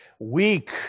Weak